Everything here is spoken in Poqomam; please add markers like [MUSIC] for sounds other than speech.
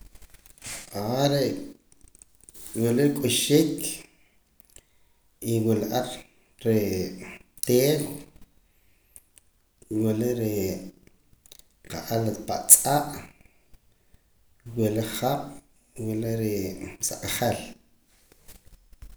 [HESITATION] re' wila k'uxik y wula ar re' teew wula re' [UNINTELLIGIBLE] tz'aa' wula jaab' wula re' sa q'ahal.